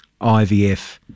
IVF